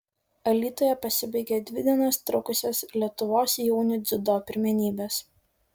alytuje pasibaigė dvi dienas trukusios lietuvos jaunių dziudo pirmenybės